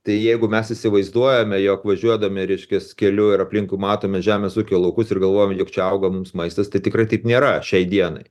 tai jeigu mes įsivaizduojame jog važiuodami reiškias keliu ir aplinkui matome žemės ūkio laukus ir galvojam juk čia auga mums maistas tai tikrai taip nėra šiai dienai